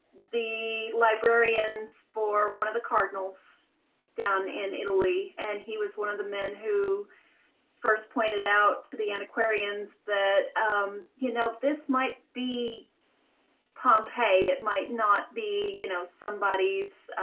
the librarian for one of the cardinals down in italy, and he was one of the men who first pointed out to the antiquarian that um you know this might be pompei it might not be you know somebodies